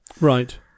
Right